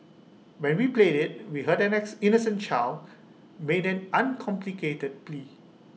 and when we played IT we heard an innocent child made an uncomplicated plea